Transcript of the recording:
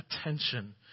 attention